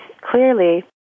clearly